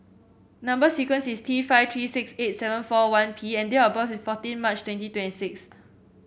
number sequence is T five three six eight seven four one P and date of birth is fourteen March twenty twenty six